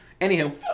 Anywho